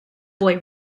boy